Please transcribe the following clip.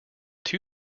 two